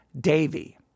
Davy